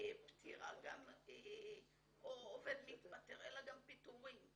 או עובד מתפטר אלא גם פיטורים,